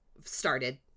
started